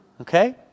Okay